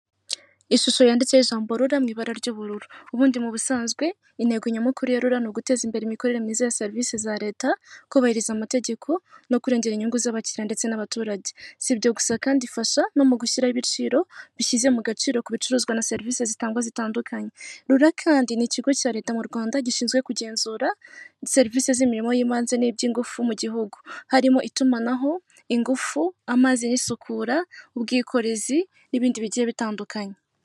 Ishusho yanditseho ijambo rura mu ibara ry'ubururu. Ubundi mu busanzwe intego nyamukuru ya rura, ni uguteza imbere imikorere myiza ya serivisi za leta, kubahiriza amategeko no kurengera inyungu z'abakiriya ndetse n'abaturage. Sibyo gusa kandi ifasha no mu gushyiraraho ibiciro bishyize mu gaciro ku bicuruzwa na serivisi zitangwa zitandukanye. Rura kandi ni ikigo cya leta mu Rwanda, gishinzwe kugenzura serivisi z'imirimo y'ibanze n'iby'ingufu mu gihugu, harimo itumanaho, ingufu, amazi n'isukura, ubwikorezi n'ibindi bigiye bitandukanye.